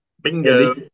Bingo